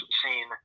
seen